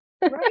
Right